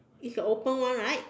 is the open one right